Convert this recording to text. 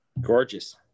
gorgeous